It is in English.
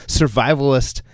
survivalist